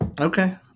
Okay